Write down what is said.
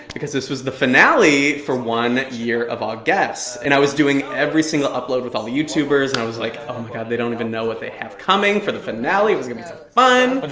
because this was the finale for one year of auguests. and i was doing every single upload with all the youtubers, and i was like, oh my god, they don't even know what they have coming for the finale. it was gonna be so fun.